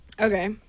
Okay